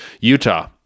Utah